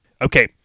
Okay